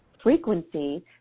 frequency